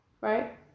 right